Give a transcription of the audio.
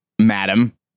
madam